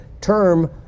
term